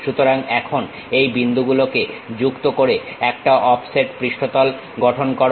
সুতরাং এখন এই বিন্দুগুলো কে যুক্ত করে একটা অফসেট পৃষ্ঠতল গঠন করো